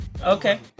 okay